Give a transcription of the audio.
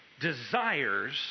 desires